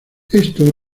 esto